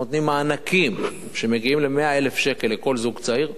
נותנים מענקים שמגיעים ל-100,000 שקל לכל זוג צעיר,